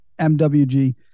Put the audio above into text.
MWG